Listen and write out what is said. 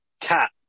cat